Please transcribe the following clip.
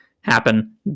happen